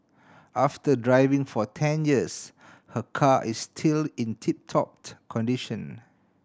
after driving for ten years her car is still in tip top condition